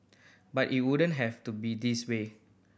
but it wouldn't have to be this way